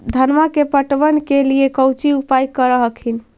धनमा के पटबन के लिये कौची उपाय कर हखिन?